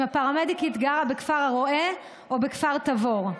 הפרמדיקית גרה בכפר הרא"ה או בכפר תבור,